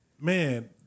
man